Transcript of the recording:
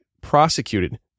prosecuted